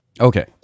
Okay